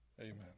Amen